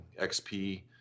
XP